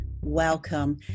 Welcome